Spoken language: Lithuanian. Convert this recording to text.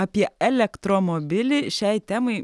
apie elektromobilį šiai temai